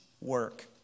work